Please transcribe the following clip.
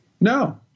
No